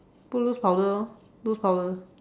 put loose powder lor loose powder